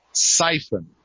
siphon